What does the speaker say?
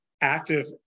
active